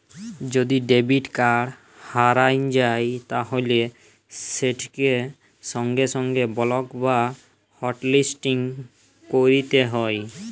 যদি debit card হারাঁয় যায় তাইলে সেটকে সঙ্গে সঙ্গে বলক বা হটলিসটিং ক্যইরতে হ্যয়